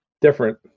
different